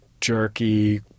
jerky